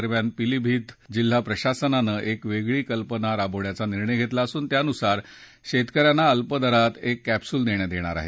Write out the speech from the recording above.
दरम्यान पिलीभीत जिल्हा प्रशासनानं एक वेगळी कल्पना राबवण्याचा निर्णय घेतला असून त्यानुसार शेतक यांना अल्पदरात एक कॅप्सुल देण्यात येणार आहे